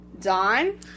Dawn